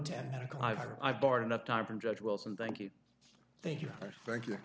ten o'clock i've boarded up time from judge wilson thank you thank you thank you